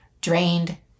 drained